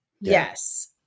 Yes